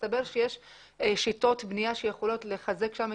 מסתבר שיש שיטות בניה שיכולות לחזק את